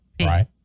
Right